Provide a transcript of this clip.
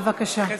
בבקשה.